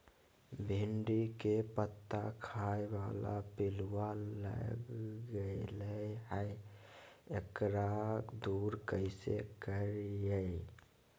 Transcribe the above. भिंडी के पत्ता खाए बाला पिलुवा लग गेलै हैं, एकरा दूर कैसे करियय?